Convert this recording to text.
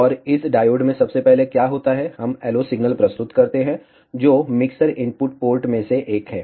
और इस डायोड में सबसे पहले क्या होता है हम LO सिग्नल प्रस्तुत करते हैं जो मिक्सर इनपुट पोर्ट में से एक है